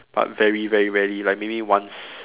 but very very rarely like maybe once